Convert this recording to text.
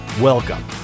Welcome